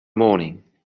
morning